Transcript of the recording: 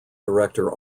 director